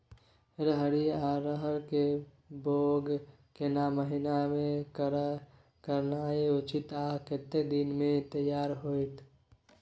रहरि या रहर के बौग केना महीना में करनाई उचित आ कतेक दिन में तैयार होतय?